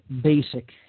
basic